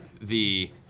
the